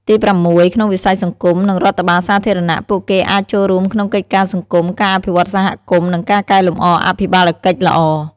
ទីប្រាំមួយ ក្នុងវិស័យសង្គម និងរដ្ឋបាលសាធារណៈ ពួកគេអាចចូលរួមក្នុងកិច្ចការសង្គម ការអភិវឌ្ឍន៍សហគមន៍ និងការកែលម្អអភិបាលកិច្ចល្អ។